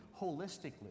holistically